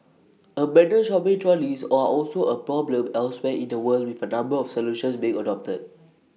abandoned shopping trolleys O are also A problem elsewhere in the world with A number of solutions being adopted